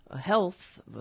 health